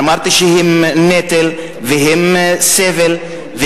אמרתי שהם נטל והם סבל.